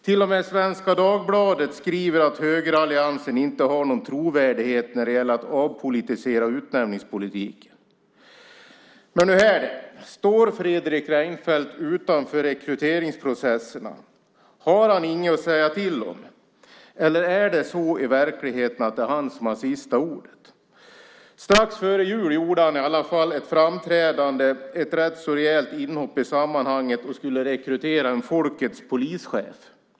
Till och med Svenska Dagbladet skriver att högeralliansen inte har någon trovärdighet när det gäller att avpolitisera utnämningspolitiken. Men hur är det? Står Fredrik Reinfeldt utanför rekryteringsprocesserna? Har han inget att säga till om? Eller är det så i verkligheten att det är han som har sista ordet? Strax före jul gjorde han i alla fall ett framträdande, ett rätt så rejält inhopp i sammanhanget, och skulle rekrytera en folkets polischef.